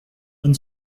and